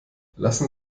lassen